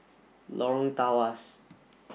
Lorong Tawas